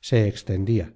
se extendia